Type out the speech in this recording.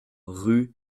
rue